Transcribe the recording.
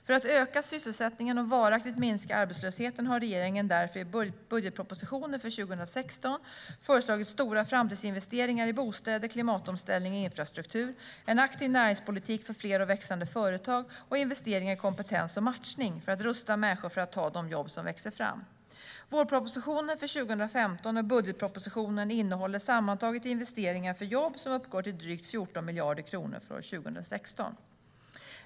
För att öka sysselsättningen och varaktigt minska arbetslösheten har regeringen därför i budgetpropositionen för 2016 föreslagit stora framtidsinvesteringar i bostäder, klimatomställning och infrastruktur, en aktiv näringspolitik för fler och växande företag samt investeringar i kompetens och matchning för att rusta människor för att ta de jobb som växer fram. Vårpropositionen för 2015 och budgetpropositionen innehåller sammantaget investeringar för jobb som uppgår till drygt 14 miljarder kronor för år 2016.